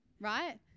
right